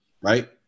right